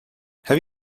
have